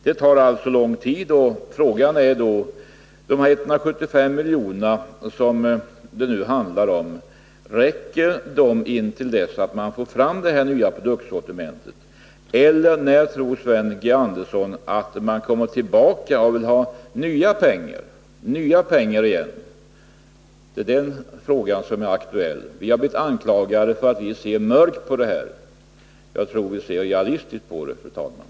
Det tar alltså lång tid, och frågan är då: Räcker de 175 miljoner det nu är fråga om till dess man fått fram det nya produktsortimentet? När tror Sven Andersson att man kommer tillbaka och vill ha nya pengar? Det är den frågan som är aktuell. Vi har blivit anklagade för att vi ser mörkt på detta. Jag tror vi ser realistiskt på det, fru talman.